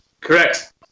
Correct